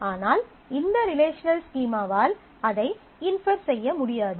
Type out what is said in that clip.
ஆனால் இந்த ரிலேஷனல் ஸ்கீமாவால் அதை இன்ஃபர் செய்ய முடியாது